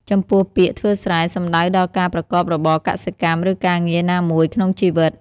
ចំពោះពាក្យ ធ្វើស្រែ សំដៅដល់ការប្រកបរបរកសិកម្ម ឬការងារណាមួយក្នុងជីវិត។